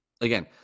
again